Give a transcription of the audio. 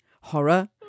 Horror